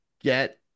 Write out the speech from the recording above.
get